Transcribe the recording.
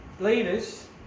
leaders